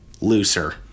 looser